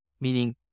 meaning